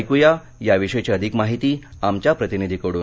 ऐकूया याविषयीची अधिक माहिती आमच्या प्रतिनिधीकडून